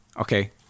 Okay